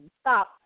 stop